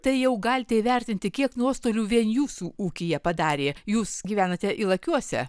tai jau galite įvertinti kiek nuostolių vien jūsų ūkyje padarė jūs gyvenate ylakiuose